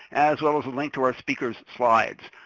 as well as a link to our speakers' slides.